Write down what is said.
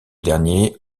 derniers